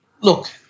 look